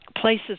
places